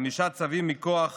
חמישה צווים הם מכוח